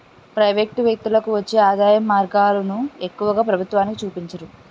private వ్యక్తులకు వచ్చే ఆదాయం మార్గాలను ఎక్కువగా ప్రభుత్వానికి చూపించరు